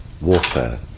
warfare